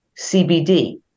cbd